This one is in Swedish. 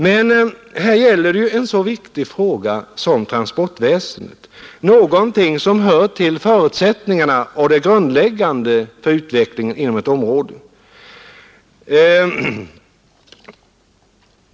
Men här gäller det en så viktig fråga som transportväsendet, någonting som hör till de grundläggande förutsättningarna för utvecklingen inom ett område.